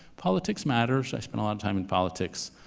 politics matters. i spent a lot of time in politics,